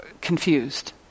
confused